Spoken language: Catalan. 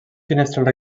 finestrals